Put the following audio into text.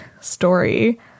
story